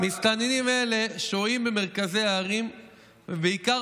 "מסתננים אלה שוהים במרכזי הערים ובעיקר